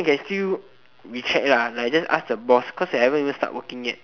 can still recheck lah like just ask the boss because haven't even start working yet